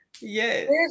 Yes